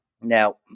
Now